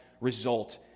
result